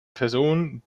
person